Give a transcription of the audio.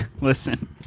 Listen